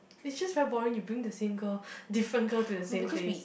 it's just very boring you bring the same girl different girl to the same place